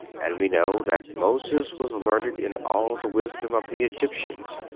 and we know that moses was learned in all the wisdom of the egyptians.